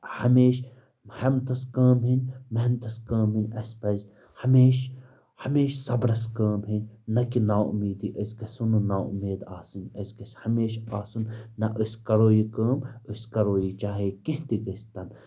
ہمیشہٕ ہٮ۪متَس کٲم ہیٚنۍ محنتَس کٲم ہیٚنۍ اَسہِ پَزِ ہمیشہٕ ہمیشہٕ صبرَس کٲم ہیٚنۍ نہ کہِ نا اُمیدی أسۍ گژھو نہٕ نا اُمید آسٕنۍ اَسۍ گژھِ ہمیشہٕ آسُن نہ أسۍ کَرو یہِ کٲم أسۍ کَرو یہِ چاہے کیٚنٛہہ تہِ گٔژھۍتَن